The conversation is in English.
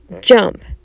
jump